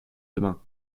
demain